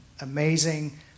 amazing